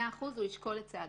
מאה אחוז הוא ישקול את צעדיו.